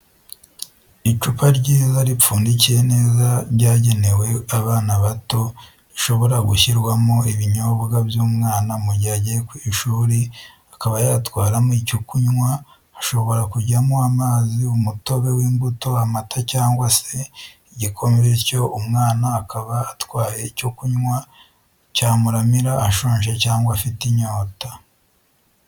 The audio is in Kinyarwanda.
Icupa ryiza ripfundikiye neza ryagenewe abana bato rishobora gushyirwamo ibinyobwa by'umwana mu gihe agiye ku ishuri akaba yatwaramo icyo kunywa hashobora kujyamo amazi umutobe w'imbuto, amata cyangwa se igikoma bityo umwana akaba atwaye icyo kunywa cyamuramira ashonje cyangwa afite inyota